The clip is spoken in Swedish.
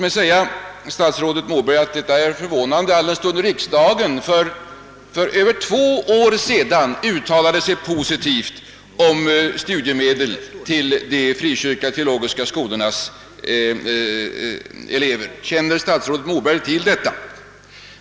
Detta är förvånande, statsrådet Moberg, alldenstund riksdagen för över två år sedan uttalade sig positivt om studiemedel till de frikyrkliga teologiska skolornas elever. Känner statsrådet Moberg till detta?